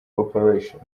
corporation